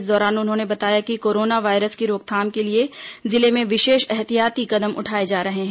इस दौरान उन्होंने बताया कि कोरोना वायरस की रोकथाम के लिए जिले में विशेष ऐहतियाती कदम उठाए जा रहे हैं